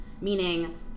meaning